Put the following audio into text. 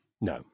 No